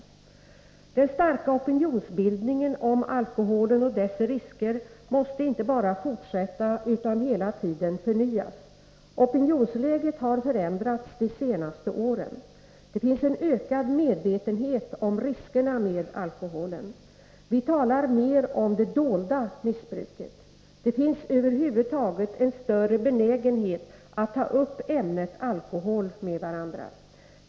Den starka opinionsbildningen om alkoholen och dess risker måste inte bara fortsätta utan hela tiden förnyas. Opinionsläget har förändrats de senaste åren. Det finns en ökad medvetenhet om riskerna med alkoholen. Vi talar mer om det dolda missbruket. Det finns över huvud taget en större benägenhet att ta upp ämnet alkohol med varandra.